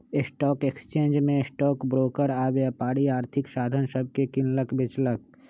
stock exchange में stock broker आऽ व्यापारी आर्थिक साधन सभके किनलक बेचलक